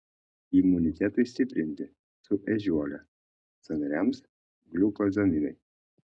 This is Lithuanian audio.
imunitetui stiprinti su ežiuole sąnariams gliukozaminai